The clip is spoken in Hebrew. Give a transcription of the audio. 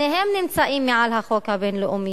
שניהם נמצאים מעל החוק הבין-לאומי,